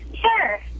Sure